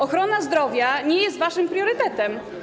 Ochrona zdrowia nie jest waszym priorytetem.